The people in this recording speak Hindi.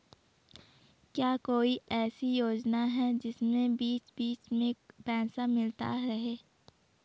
क्या कोई ऐसी योजना है जिसमें बीच बीच में पैसा मिलता रहे?